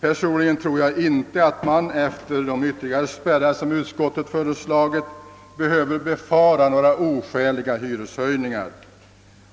Personligen tror jag inte att man efter de ytterligare spärrar, som utskottet föreslagit, behöver befara några oskäliga hyreshöjningar.